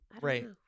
right